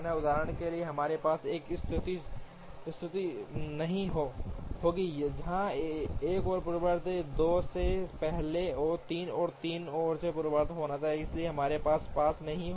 उदाहरण के लिए हमारे पास एक स्थिति नहीं होगी जहां एक को पूर्ववर्ती 2 दो से पहले 3 और 3 को पूर्ववर्ती होना होगा इसलिए हमारे पास ऐसा नहीं होगा